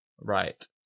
Right